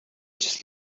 just